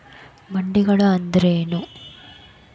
ಮಂಡಿಗಳು ಅಂದ್ರೇನು?